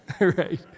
right